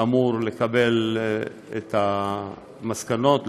המנכ"ל אמור לקבל את המסקנות,